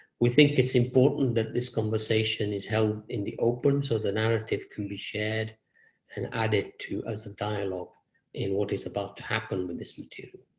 we think it's important that this conversation is held in the open, so the narrative can be shared and added to as a dialogue in what is about to happen with this material.